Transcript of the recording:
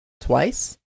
twice